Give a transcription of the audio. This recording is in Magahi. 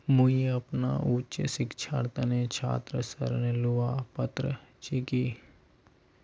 मुई अपना उच्च शिक्षार तने छात्र ऋण लुबार पत्र छि कि?